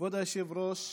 כבוד היושב-ראש,